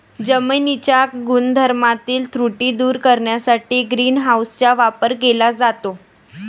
जमिनीच्या गुणधर्मातील त्रुटी दूर करण्यासाठी ग्रीन हाऊसचा वापर केला जातो